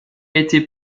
été